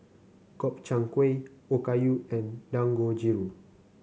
Gobchang Gui Okayu and Dangojiru